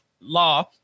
law